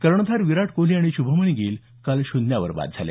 कर्णधार विराट कोहली आणि श्भमन गिल शून्यावर बाद झाले